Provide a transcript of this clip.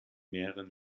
mehreren